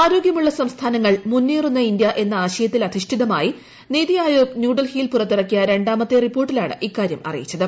ആരോഗ്യമുള്ള സംസ്ഥാനങ്ങൾ മുന്നേറുന്ന ഇന്ത്യ എന്ന ആശയത്തിൽ അധിഷ്ഠിതമായി നിതി അയോഗ് ന്യൂഡൽഹിയിൽ പുറത്തിറക്കിയ രണ്ടാമത്തെ റിപ്പോർട്ടിലാണ് ഇക്കാര്യം അറിയിച്ചത്